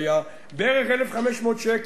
1,500 שקל.